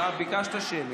אתה ביקשת שמית,